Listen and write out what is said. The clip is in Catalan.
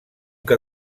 que